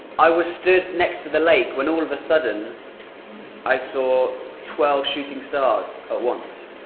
i was stood next to the lake when all of a sudden i saw twelve shooting stars at once